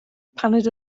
paned